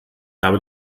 habe